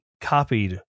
copied